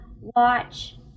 Watch